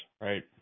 right